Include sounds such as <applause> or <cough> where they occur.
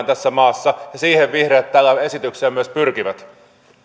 <unintelligible> tässä maassa ja siihen vihreät tällä esityksellä myös pyrkivät